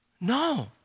No